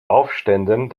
aufständen